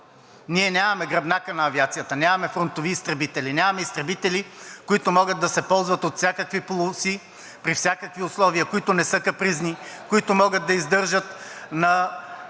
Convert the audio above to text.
Ние нямаме гръбнака на авиацията. Нямаме фронтови изтребители. Нямаме изтребители, които могат да се ползват от всякакви полоси, при всякакви условия, които не са капризни, които могат да издържат на